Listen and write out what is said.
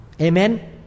Amen